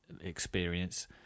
experience